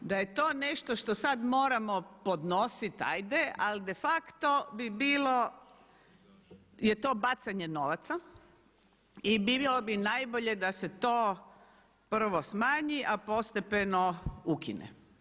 Da je to nešto što sada moramo podnositi ajde, ali defacto bi bilo, je to bacanje novaca i bilo bi najbolje da se to prvo smanji a postepeno ukine.